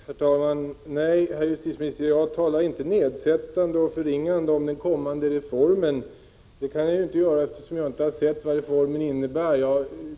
Herr talman! Nej, herr justitieminister, jag talar inte nedsättande och förringande om den kommande reformen. Det kan jag inte göra, eftersom jag inte har sett vad reformen innebär.